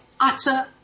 utter